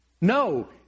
No